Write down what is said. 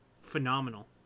phenomenal